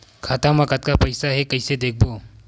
खाता मा कतका पईसा हे कइसे देखबो?